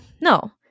No